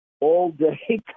all-day